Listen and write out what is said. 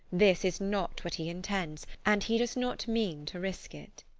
this is not what he intends and he does not mean to risk it.